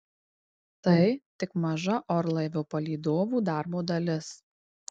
tai tik maža orlaivio palydovų darbo dalis